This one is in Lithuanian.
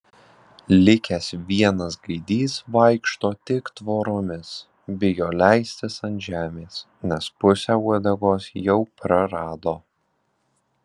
likęs vienas gaidys vaikšto tik tvoromis bijo leistis ant žemės nes pusę uodegos jau prarado